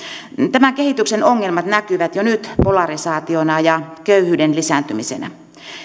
tämän kehityksen ongelmat näkyvät jo nyt polarisaationa ja köyhyyden lisääntymisenä